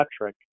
metric